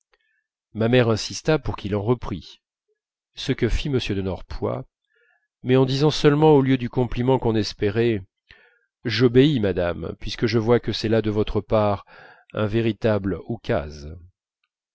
ma mère insista pour qu'il en reprît ce que fit m de norpois mais en disant seulement au lieu du compliment qu'on espérait j'obéis madame puisque je vois que c'est là de votre part un véritable oukase